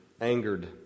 angered